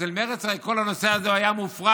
אצל מרצ כל הנושא הזה היה מופרך.